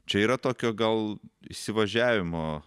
čia yra tokio gal įsivažiavimo